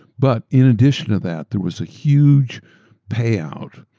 but in addition to that, there was a huge payout.